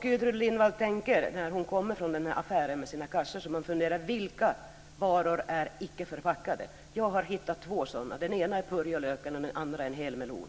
Gudrun Lindvall kan tänka efter hur det är när hon kommer från affären med sina kassar. Vilka är de varor som icke är förpackade? Jag har hittat två sådana. Den ena är purjolök och den andra är en hel melon.